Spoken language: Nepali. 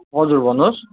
हजुर भन्नुहोस्